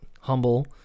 Humble